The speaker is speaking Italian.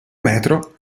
metro